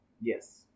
Yes